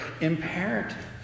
imperative